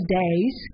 days